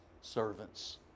servants